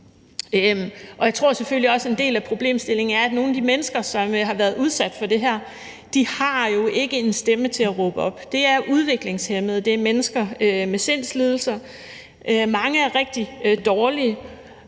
Jeg tror selvfølgelig også, at en del af problemstillingen er, at nogle mennesker, som har været udsat for det her, jo ikke har en stemme til at råbe op. Det er udviklingshæmmede, det er mennesker med sindslidelser, hvor mange er rigtig dårlige,